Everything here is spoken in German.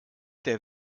der